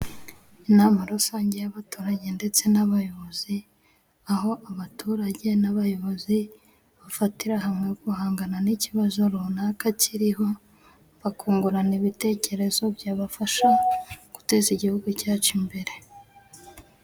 Inama rusange y'abaturage ndetse n'abayobozi aho abaturage n'abayobozi bafatira hamwe guhangana n'ikibazo runaka kiriho bakungurana ibitekerezo byabafasha guteza igihugu cyacu imbere.